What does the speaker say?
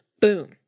Boom